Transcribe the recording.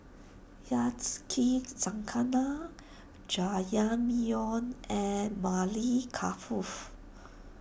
Yacikizakana Jajangmyeon and Maili